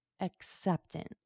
acceptance